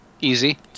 Easy